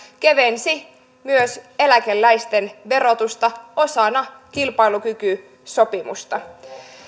kevensi myös eläkeläisten verotusta osana kilpailukykysopimusta